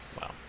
Wow